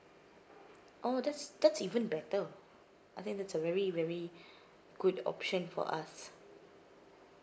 oh that's that's even better I think that's a very very good option for us